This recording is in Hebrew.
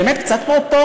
באמת, קצת פרופורציות.